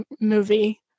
movie